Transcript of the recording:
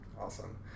Awesome